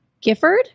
Gifford